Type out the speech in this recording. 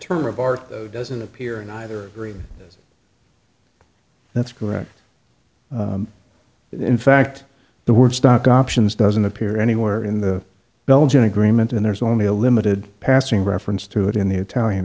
term of art doesn't appear in either that's correct in fact the word stock options doesn't appear anywhere in the belgian agreement and there's only a limited passing reference to it in the italian